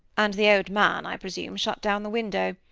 and the old man, i presume, shut down the window.